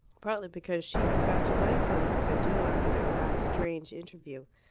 partly because she had got to like philip a good deal after their last strange interview.